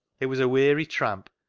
it was a weary tramp,